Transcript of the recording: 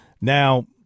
Now